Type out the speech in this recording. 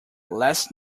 last